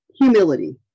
humility